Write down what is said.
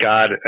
God